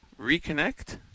reconnect